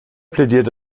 plädiert